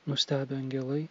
nustebę angelai